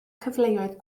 cyfleoedd